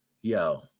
yo